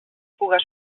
puga